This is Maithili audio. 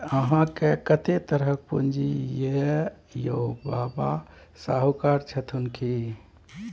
अहाँकेँ कतेक तरहक पूंजी यै यौ? बाबा शाहुकार छथुन की?